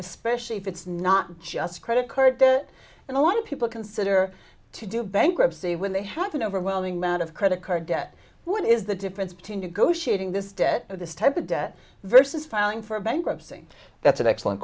especially if it's not just credit card debt and a lot of people consider to do bankruptcy when they have an overwhelming amount of credit card debt what is the difference between negotiating this debt this type of debt versus filing for bankruptcy that's an excellent